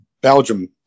Belgium